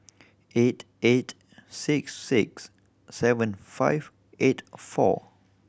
eight eight six six seven five eight four